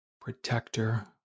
protector